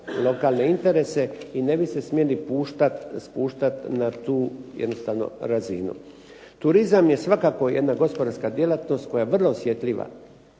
lokalne interese i ne bi se smjeli spuštati na tu jednostavno razinu. Turizam je svakako jedna gospodarska djelatnost koja je vrlo osjetljiva